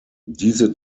diese